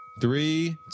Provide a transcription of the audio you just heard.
Three